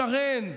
שרן,